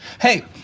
Hey